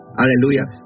hallelujah